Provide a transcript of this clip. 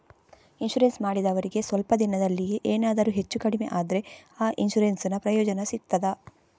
Insurance ಮಾಡಿದವರಿಗೆ ಸ್ವಲ್ಪ ದಿನದಲ್ಲಿಯೇ ಎನಾದರೂ ಹೆಚ್ಚು ಕಡಿಮೆ ಆದ್ರೆ ಆ ಇನ್ಸೂರೆನ್ಸ್ ನ ಪ್ರಯೋಜನ ಸಿಗ್ತದ?